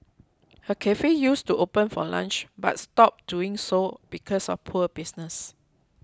her cafe used to open for lunch but stopped doing so because of poor business